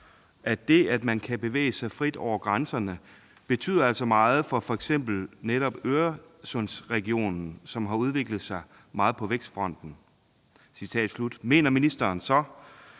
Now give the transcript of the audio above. at det, at man kan bevæge sig frit over grænserne, betyder altså meget for f.eks. netop Øresundsregionen, som har udviklet sig meget på vækstfronten«, mener ministeren så,